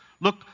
Look